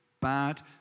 bad